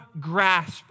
grasp